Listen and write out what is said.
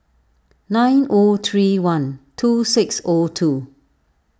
nine O three one two six O two